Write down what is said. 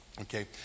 Okay